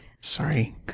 Sorry